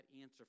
answer